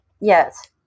Yes